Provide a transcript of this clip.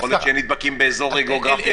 יכול להיות שיהיו נדבקים רק באזור גיאוגרפי אחד.